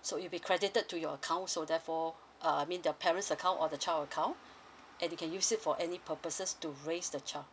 so it'll be credited to your account so therefore uh I mean the parents account or the child account and you can use it for any purposes to raise the child